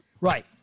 Right